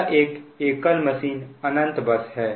यह एक एकल मशीन अनंत बस है